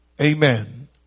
Amen